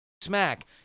smack